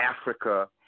Africa